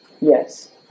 Yes